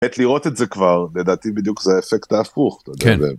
את לראות את זה כבר, לדעתי בדיוק זה האפקט ההפוך. את יודע, זה... כן.